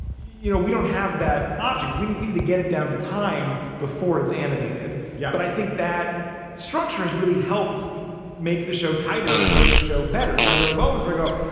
you know, we don't have that option cause we need we to to get it down to time before it's animated. yeah, but i think that structure has really helped make the show tighter and make the show better. you know, there are moments we go,